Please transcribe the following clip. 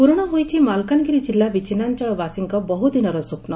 ପୂରଣ ହୋଇଛି ମାଲକାନଗିରି ଜିଲ୍ଲା ବିଛିନ୍ନାଞ୍ଚଳବାସୀଙ୍କ ବହୁଦିନର ସ୍ୱପ୍ପ